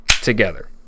Together